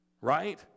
Right